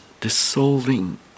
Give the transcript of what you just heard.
dissolving